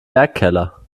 werkkeller